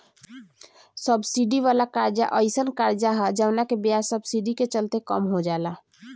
subsidy वाला कर्जा एयीसन कर्जा ह जवना के ब्याज सब्सिडी के चलते कम हो जाला